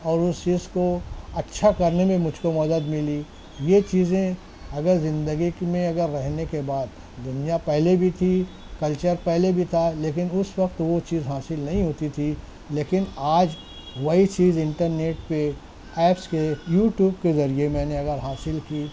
اور اس چیز کو اچھا کرنے میں مجھ کو مدد ملی یہ چیزیں اگر زندگی میں اگر رہنے کے بعد دنیا پہلے بھی تھی کلچر پہلے بھی تھا لیکن اس وقت وہ چیز حاصل نہیں ہوتی تھی لیکن آج وہی چیز انٹرنیٹ پہ ایپس کے یو ٹیوب کے ذریعے میں نے اگر حاصل کی